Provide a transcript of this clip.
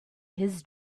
his